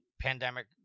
pandemic